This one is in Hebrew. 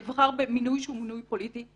יבחר במינוי שהוא מינוי פוליטי,